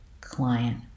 client